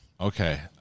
Okay